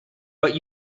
but